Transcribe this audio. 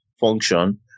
function